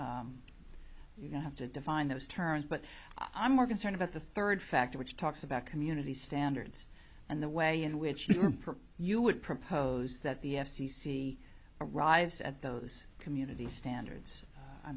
you have to define those terms but i'm more concerned about the third factor which talks about community standards and the way in which you would propose that the f c c arrives at those community standards